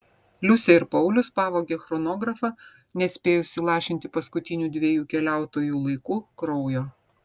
liusė ir paulius pavogė chronografą nespėjus įlašinti paskutinių dviejų keliautojų laiku kraujo